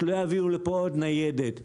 לא יביאו לפה עוד ניידת.